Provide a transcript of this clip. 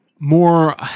More